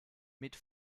mit